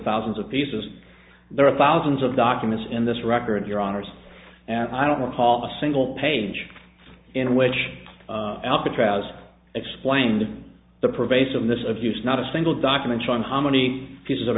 thousands of pieces there are thousands of documents in this record your honour's and i don't recall a single page in which alcatraz explained the pervasiveness of use not a single document on how many pieces of